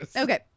Okay